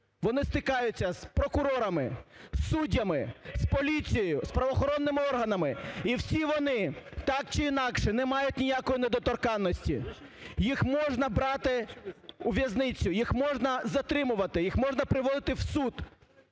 вони стикаються з прокурорами, суддями, з поліцією, з правоохоронними органами, і всі вони так чи інакше не мають ніякої недоторканності. Їх можна брати у в'язницю, їх можна затримувати, їх можна приводити в суд,